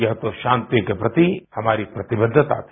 यह तो शांति के प्रति हमारी प्रतिबद्धता थी